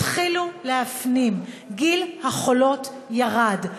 תתחילו להפנים שגיל החולות ירד.